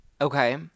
okay